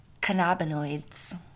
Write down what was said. cannabinoids